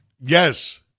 Yes